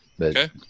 Okay